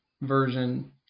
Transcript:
version